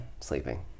Sleeping